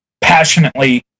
passionately